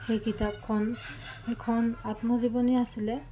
সেই কিতাপখন সেইখন আত্মজীৱনী আছিলে